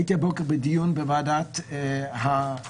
הייתי הבוקר בדיון בוועדת החינוך,